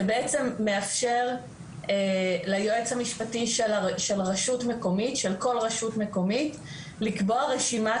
שמאפשר ליועץ המשפטי של כל רשות מקומית לקבוע רשימת